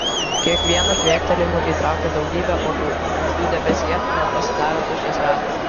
kiekvienu kvėptelėjimu įtraukia daugybę uodų jų debesyje net pasidaro tuščias ratas